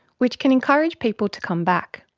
which can encourage people to come back.